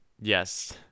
Yes